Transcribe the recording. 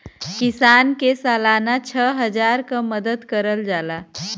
किसान के सालाना छः हजार क मदद करल जाला